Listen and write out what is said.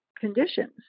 conditions